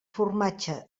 formatge